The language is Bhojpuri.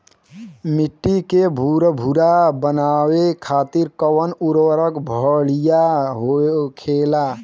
मिट्टी के भूरभूरा बनावे खातिर कवन उर्वरक भड़िया होखेला?